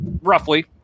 roughly